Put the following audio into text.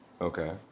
Okay